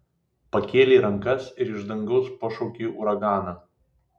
pakėlei rankas ir iš dangaus pašaukei uraganą